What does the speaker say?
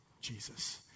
Jesus